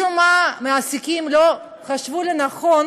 משום מה, מעסיקים לא חשבו לנכון